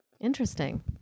Interesting